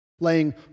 laying